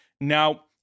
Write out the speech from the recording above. now